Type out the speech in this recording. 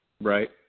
Right